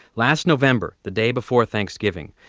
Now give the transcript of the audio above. last november, the day before thanksgiving,